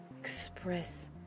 express